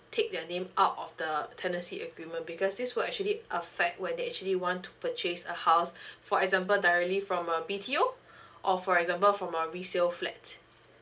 take their name out of the tenancy agreement because this will actually affect when they actually want to purchase a house for example directly from uh B_T_O or for example from a resale flat